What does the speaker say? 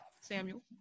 Samuel